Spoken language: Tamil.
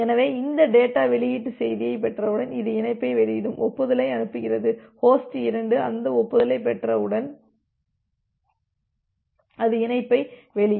எனவே இந்த டேட்டா வெளியீட்டு செய்தியைப் பெற்றவுடன் அது இணைப்பை வெளியிடும் ஒப்புதலை அனுப்புகிறது ஹோஸ்ட் 2 அந்த ஒப்புதலைப் பெற்றவுடன் அது இணைப்பை வெளியிடும்